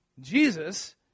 Jesus